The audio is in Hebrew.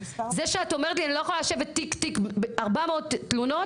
זה שאת אומרת לי "אני לא יכולה לשבת תיק תיק" ב-400 תלונות,